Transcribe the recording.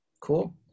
Cool